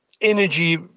energy